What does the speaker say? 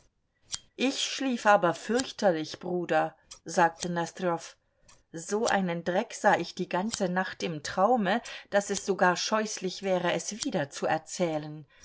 ich schlief aber fürchterlich bruder sagte nosdrjow so einen dreck sah ich die ganze nacht im traume daß es sogar scheußlich wäre es wiederzuerzählen